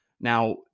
Now